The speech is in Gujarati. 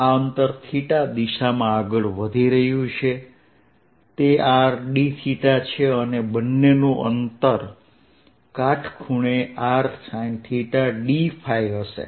આ અંતરθદિશામાં આગળ વધી રહ્યું છે તે r dθ છે અને બંનેનું અંતર કાટખૂણે rsinθdϕ હશે